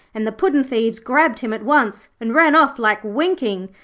and the puddin'-thieves grabbed him at once and ran off like winking.